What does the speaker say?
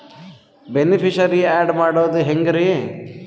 Beneficiary, add ಮಾಡೋದು ಹೆಂಗ್ರಿ?